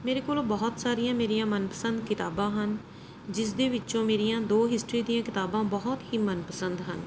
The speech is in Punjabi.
ਮੇਰੇ ਕੋਲ ਬਹੁਤ ਸਾਰੀਆਂ ਮੇਰੀਆਂ ਮਨਪਸੰਦ ਕਿਤਾਬਾਂ ਹਨ ਜਿਸਦੇ ਵਿੱਚੋਂ ਮੇਰੀਆਂ ਦੋ ਹਿਸਟਰੀ ਦੀਆਂ ਕਿਤਾਬਾਂ ਬਹੁਤ ਹੀ ਮਨਪਸੰਦ ਹਨ